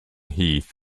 heath